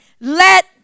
let